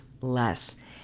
less